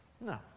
No